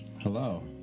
Hello